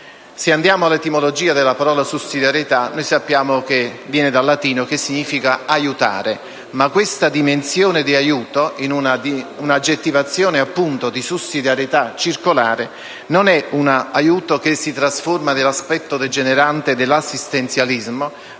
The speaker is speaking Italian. Se consideriamo l'etimologia della parola «sussidiarietà», vediamo che viene dal latino e significa «aiutare». Questa dimensione di aiuto, in un'accezione appunto di sussidiarietà circolare, non si trasforma nell'aspetto degenerativo dell'assistenzialismo,